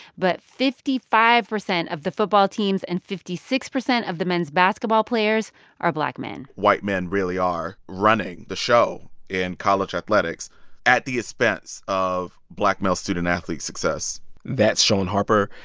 but fifty five percent of the football teams and fifty six percent of the men's basketball players are black men white men really are running the show in college athletics at the expense of black male student athlete success that's shaun harper.